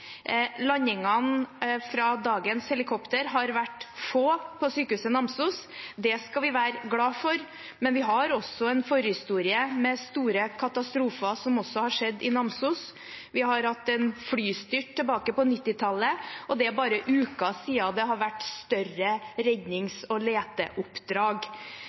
Landingene fra dagens helikoptre har vært få på sykehuset i Namsos, og det skal vi være glade for, men vi har også en forhistorie med store katastrofer, som også har skjedd i Namsos. Vi hadde en flystyrt tilbake på 1990-tallet, og det er bare uker siden det har vært større rednings- og leteoppdrag.